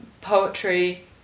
poetry